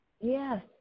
Yes